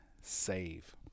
save